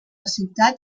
ciutat